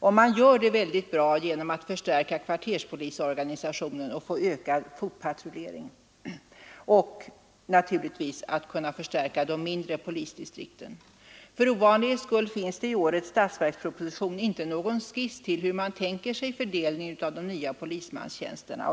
Detta syfte når man genom att förstärka kvarterspolisorganisationen och öka fotpatrulleringen samt givetvis genom att förstärka de mindre polisdistrikten. För ovanlighetens skull finns i årets statsverksproposition ingen skiss till hur man tänker sig fördelningen av de nya polismanstjänsterna.